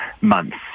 months